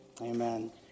Amen